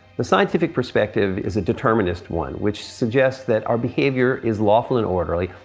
the scientific perspective is a determinist one, which suggests that our behavior is lawful and orderly,